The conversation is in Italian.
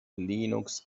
linux